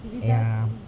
ya